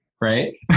right